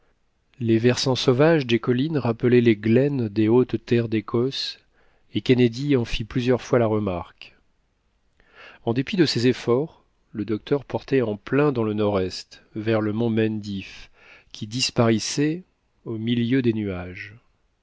les versants sauvages des collines rappelaient les glen des hautes terres d'écosse et kennedy en fit plusieurs fois la remarque en dépit de ses efforts le docteur portait en plein dans le nord-est vers le mont mendif qui disparaissait au milieu des nuages